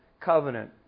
covenant